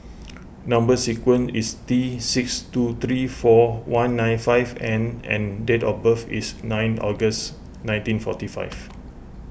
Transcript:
Number Sequence is T six two three four one nine five N and date of birth is nine August nineteen forty five